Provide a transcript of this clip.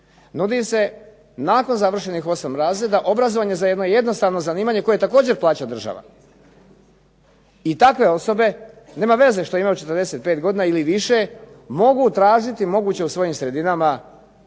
Nudi se nakon završenih 8 razreda obrazovanje za jedno jednostavno zanimanje koje također plaća država. I takve osobe, nema veze što imaju 45 godina ili više mogu tražiti u svojim sredinama svoje